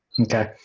Okay